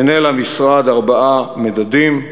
מנהל המשרד ארבעה מדדים,